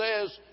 says